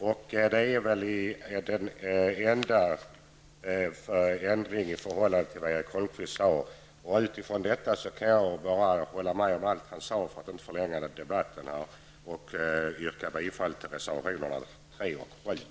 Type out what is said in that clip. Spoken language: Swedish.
Detta är den enda förändringen i förhållande till det som Erik Holmkvist sade. Mot bakgrund av detta kan jag, för att inte förlänga debatten, instämma i allt han sade. Jag yrkar bifall till reservationerna 3 och 7.